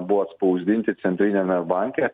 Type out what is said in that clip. buvo atspausdinti centriniame banke